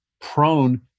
prone